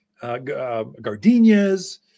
gardenias